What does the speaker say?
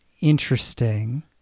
interesting